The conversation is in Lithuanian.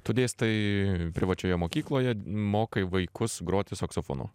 tu dėstai privačioje mokykloje mokai vaikus groti saksofonu